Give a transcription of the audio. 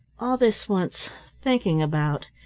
all this wants thinking about,